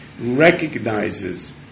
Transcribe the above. recognizes